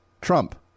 Trump